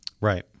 Right